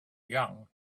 young